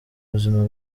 buzima